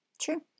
True